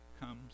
comes